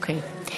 אוקיי.